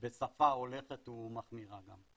בשפה הולכת ומחמירה גם.